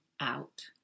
out